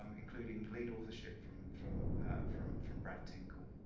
um including lead authorship from from from from brad tinkle.